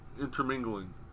intermingling